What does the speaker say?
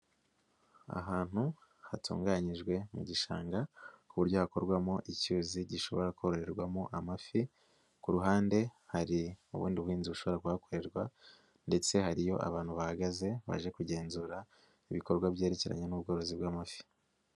Ahantu hatunganyijwe mu gishanga ku buryo hakorwamo icyuzi gishobora koroherwamo amafi, ku ruhande hari ubundi buhinzi bushobora kuhakorerwa ndetse hariyo abantu bahagaze, baje kugenzura ibikorwa byerekeranye n'ubworozi bw'amafi.